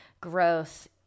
growth